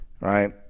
right